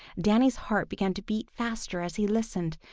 danny's heart began to beat faster as he listened.